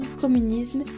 communisme